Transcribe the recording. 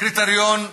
קריטריון תקין.